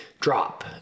drop